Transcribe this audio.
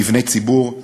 למבני ציבור.